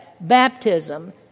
baptism